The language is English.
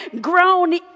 grown